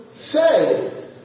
say